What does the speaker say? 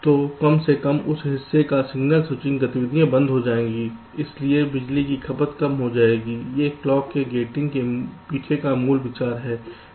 तो कम से कम उस हिस्से पर सिग्नल स्विचिंग गतिविधि बंद हो जाएगी इसलिए बिजली की खपत कम हो जाएगी यह क्लॉक के गेटिंग के पीछे मूल विचार है